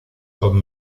con